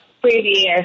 previous